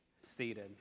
seated